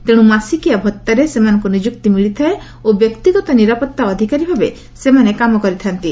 ତେଣୁ ମାସିକିଆ ଭତ୍ତାରେ ସେମାନଙ୍କୁ ନିଯୁକ୍ତି ମିଳିଥାଏ ଓ ବ୍ୟକ୍ତିଗତ ନିରାପତ୍ତା ଅଧିକାରୀ ଭାବେ ସେମାନେ କାମ କରିଥା'ନ୍ତି